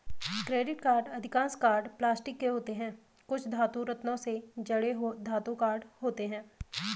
credit card अधिकांश card plastic के होते हैं, कुछ धातु, रत्नों से जड़े धातु कार्ड होते हैं